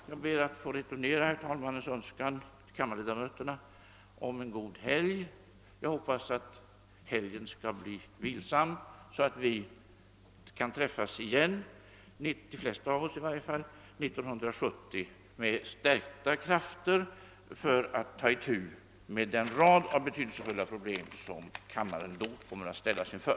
Jag ber att få returnera herr talmannens önskan till kammarledamöterna om en god helg. Jag hoppas att helgen skall bli vilsam så att vi — i varje fall de flesta av oss — kan träffas igen 1970 med stärkta krafter för att ta itu med den rad av betydelsefulla problem som kammaren då kommer att ställas inför.